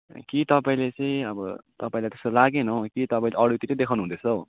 कि तपाईँले चाहिँ अब तपाईँलाई त्यस्तो लागेन हौ कि तपाईँले अरूतिरै देखाउनु हुदैँछ हौ